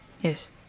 Yes